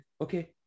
okay